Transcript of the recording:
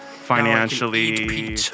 financially